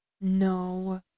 No